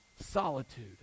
solitude